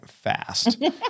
fast